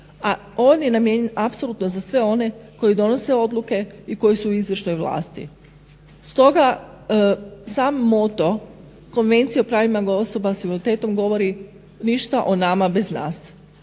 a on je namijenjen apsolutno za sve one koji donose odluke i koji su u izvršnoj vlasti. Stoga sam moto Konvencije o pravima osoba s invaliditetom govori ništa o nama bez nas.